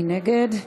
מי נגד?